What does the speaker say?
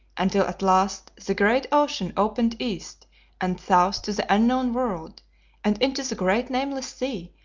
until at last the great ocean opened east and south to the unknown world and into the great nameless sea,